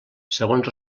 segons